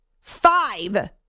five